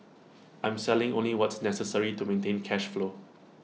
I'm selling only what's necessary to maintain cash flow